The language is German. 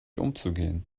umzugehen